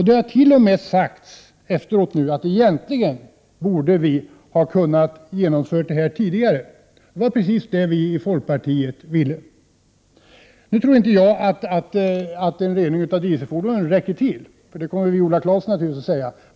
Efteråt har det till och med sagts att man egentligen borde ha genomfört detta tidigare — precis som vi i folkpartiet ville. Nu tror jag inte att en rening av dieseldrivna fordon är tillräckligt, vilket också Viola Claesson säger.